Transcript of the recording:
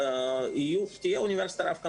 תהיה אוניברסיטה רב קמפוסית,